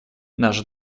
наш